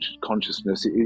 consciousness